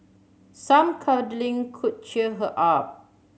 some cuddling could cheer her up